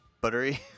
buttery